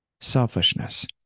selfishness